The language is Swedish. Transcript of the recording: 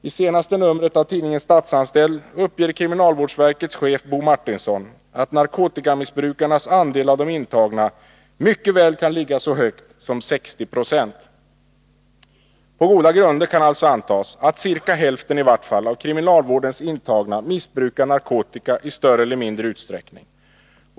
I senaste numret av tidningen Statsanställd uppger kriminalvårdsverkets chef Bo Martinsson att narkotikamissbrukarnas andel av de intagna mycket väl kan vara så hög som 60 96. På goda grunder kan alltså antagas att i vart fall ca hälften av kriminalvårdens intagna missbrukar narkotika i större eller mindre utsträckning.